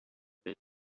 pit